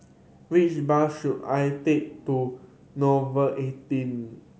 which bus should I take to Nouvel eighteen